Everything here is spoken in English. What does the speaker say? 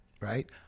right